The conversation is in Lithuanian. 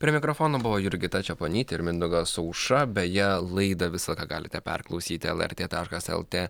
prie mikrofono buvo jurgita čeponytė ir mindaugas aušra beje laidą visą ką galite perklausyti lrt taškas lt